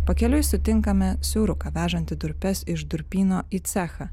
pakeliui sutinkame siauruką vežantį durpes iš durpyno į cechą